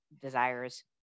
desires